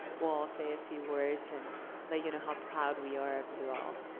we'll say a few words, and let you know how proud we are of you all.